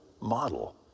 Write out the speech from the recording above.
model